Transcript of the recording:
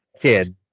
kid